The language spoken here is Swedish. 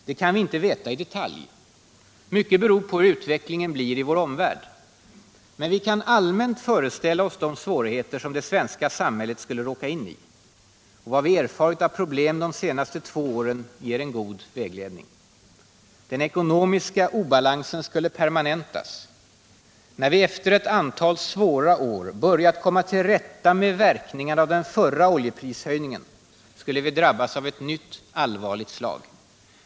Det kan vi inte veta i detalj. Mycket beror på hur utvecklingen blir i vår omvärld. Men vi kan allmänt föreställa oss de svårigheter som det svenska samhället skulle råka in i. Vad vi erfarit av problem de senaste två åren ger god vägledning. Den ekonomiska obalansen skulle permanentas. När vi efter ett antal svåra år börjat komma till rätta med verkningarna av den förra oljeprishöjningen skulle vi drabbas av ett nytt allvarligt slag.